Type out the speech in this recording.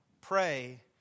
Pray